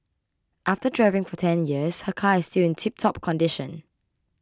after driving for ten years her car is still in tiptop condition